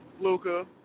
Luca